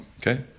Okay